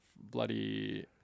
bloody